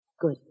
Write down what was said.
Good